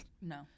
No